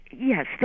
Yes